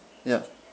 ya